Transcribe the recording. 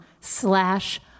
slash